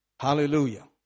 Hallelujah